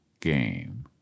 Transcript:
game